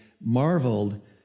marveled